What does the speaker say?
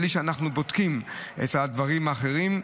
בלי שאנחנו בודקים את הדברים האחרים.